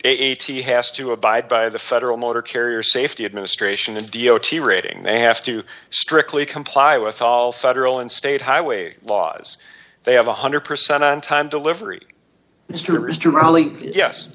eighty has to abide by the federal motor carrier safety administration and d o t rating they have to strictly comply with all federal and state highway laws they have one hundred percent on time delivery